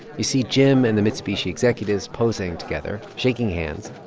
you see jim and the mitsubishi executives posing together, shaking hands.